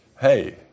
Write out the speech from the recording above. hey